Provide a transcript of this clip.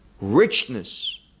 richness